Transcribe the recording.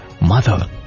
Mother